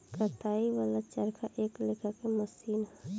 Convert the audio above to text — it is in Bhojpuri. कताई वाला चरखा एक लेखा के मशीन ह